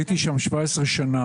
הייתי שם 17 שנים,